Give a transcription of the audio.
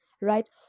right